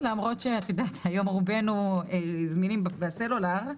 למרות שהיום רובנו זמינים בסלולר.